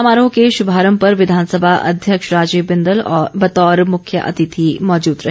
समारोह के श्भभरम्भ पर विधानसभा अध्यक्ष राजीव बिंदल बतौर मुख्य अतिथि मौजूद रहे